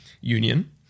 Union